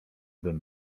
bym